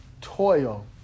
toil